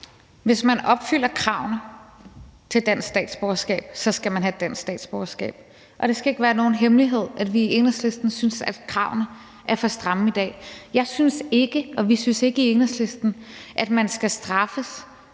Hvis man opfylder kravene til dansk statsborgerskab, skal man have et dansk statsborgerskab. Og det skal ikke være nogen hemmelighed, at vi i Enhedslisten synes, at kravene er for stramme i dag. Jeg synes ikke og vi synes ikke i Enhedslisten, at man skal straffes